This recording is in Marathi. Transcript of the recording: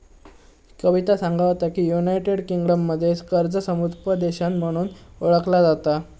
कविता सांगा होता की, युनायटेड किंगडममध्ये कर्ज समुपदेशन म्हणून ओळखला जाता